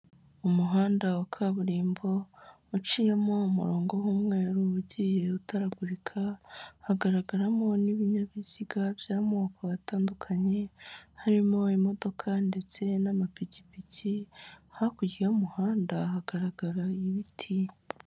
Umuhanda wa kaburimbo uciyemo umurongo w'umweru ugiye utaragurika, hagaragaramo n'ibinyabiziga by'amoko atandukanye, harimo imodoka ndetse n'amapikipiki, hakurya y'umuhanda hagaragara ibiti.